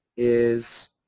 is